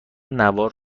نوار